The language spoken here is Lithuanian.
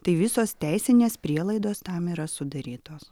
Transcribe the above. tai visos teisinės prielaidos tam yra sudarytos